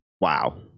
Wow